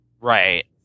Right